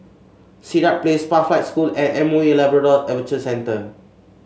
Sirat Place Pathlight School and M O E Labrador Adventure Centre